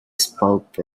spoke